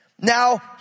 Now